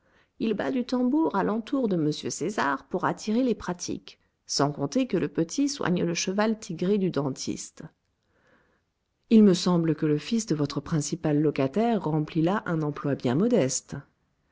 il bat du tambour à l'entour de m césar pour attirer les pratiques sans compter que le petit soigne le cheval tigré du dentiste il me semble que le fils de votre principal locataire remplit là un emploi bien modeste